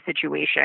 situation